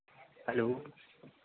hello